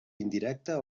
indirecta